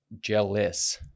Jealous